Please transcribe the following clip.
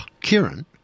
Kieran